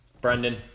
Brendan